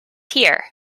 here